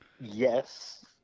yes